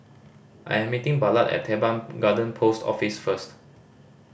i am meeting Ballard at Teban Garden Post Office first